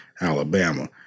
Alabama